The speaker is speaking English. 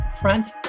Front